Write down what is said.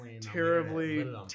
terribly